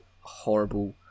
horrible